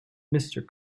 mister